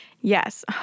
Yes